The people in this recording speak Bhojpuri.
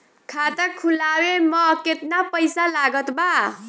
खाता खुलावे म केतना पईसा लागत बा?